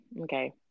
okay